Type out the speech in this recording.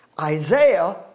Isaiah